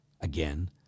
again